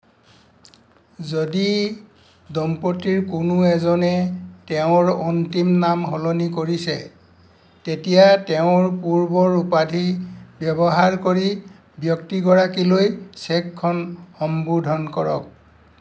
যদি দম্পতীৰ কোনো এজনে তেওঁৰ অন্তিম নাম সলনি কৰিছে তেতিয়া তেওঁৰ পূৰ্বৰ উপাধি ব্যৱহাৰ কৰি ব্যক্তিগৰাকীলৈ চেকখন সম্বোধন কৰক